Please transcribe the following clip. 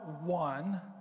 one